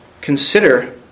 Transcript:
Consider